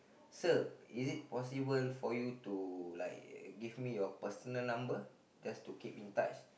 sir is it possible for you to like give me your personal number just to keep in touch